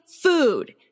food